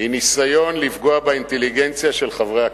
היא ניסיון לפגוע באינטליגנציה של חברי הכנסת.